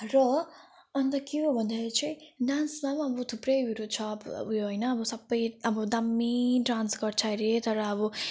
र अन्त के हो भन्दाखेरि चाहिँ डान्समा अब थुप्रैहरू छ अब अब उयो होइन अब सबै अब दामी डान्स गर्छ हरे तर अब